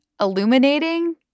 illuminating